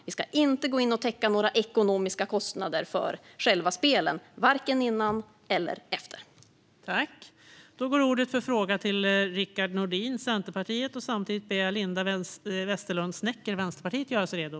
Vi ska inte gå in och täcka några ekonomiska kostnader för själva spelen vare sig före eller efter dem.